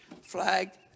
flagged